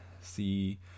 see